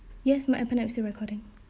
yes my appen apps still recording